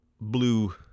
blue